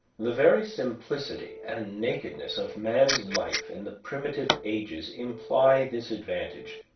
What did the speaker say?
the very simplicity and nakedness of man's life in the primitive ages imply this advantage,